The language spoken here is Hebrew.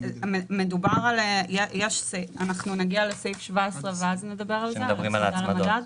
נגיע לסעיף 17 ואז נדבר על זה, על ההצמדה למדד.